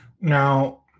Now